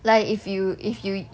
like if you if you